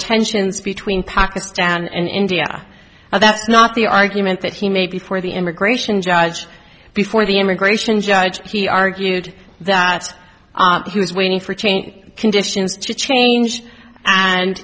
tensions between pakistan and india and that's not the argument that he made before the immigration judge before the immigration judge he argued that he was waiting for changing conditions to change and